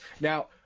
Now